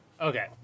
Okay